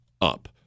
up